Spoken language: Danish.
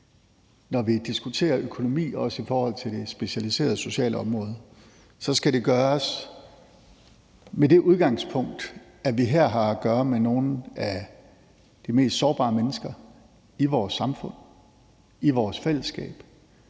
når vi diskuterer økonomi, også i forhold til det specialiserede socialområde, skal det gøres med det udgangspunkt, at vi her har at gøre med nogle af de mest sårbare mennesker i vores samfund, i vores fællesskab,